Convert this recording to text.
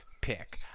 pick